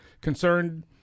concerned